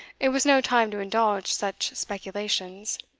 it was no time to indulge such speculations.